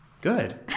Good